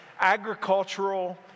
agricultural